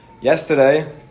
Yesterday